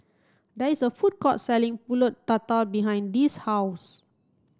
there is a food court selling Pulut Tatal behind Dee's house